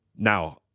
Now